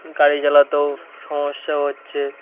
গাড়ি চালাতেও সমস্যা হচ্ছে